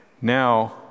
Now